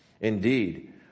Indeed